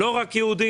לא רק יהודים,